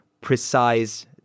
precise